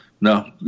No